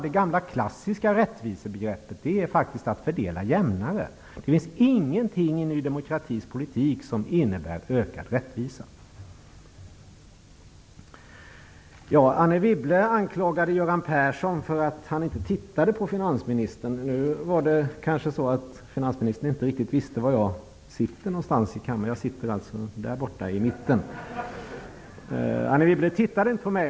Det gamla klassiska rättvisebegreppet innebär faktiskt en jämnare fördelning. Det finns ingenting i Ny demokratis politik som innebär ökad rättvisa. Anne Wibble anklagade Göran Persson för att inte ha tittat på finansministern. Det var kanske så, att finansministern inte riktigt visste var i kammaren jag sitter. Jag sitter i mitten. Anne Wibble tittade inte på mig.